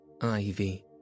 ivy